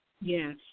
Yes